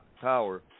power